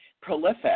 prolific